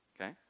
okay